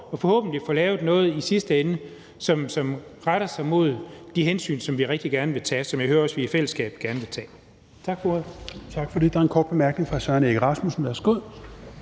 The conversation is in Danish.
og forhåbentlig få lavet noget i sidste ende, som retter sig mod de hensyn, som vi rigtig gerne vil tage, og som jeg også hører vi i fællesskab gerne vil tage.